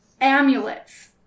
amulets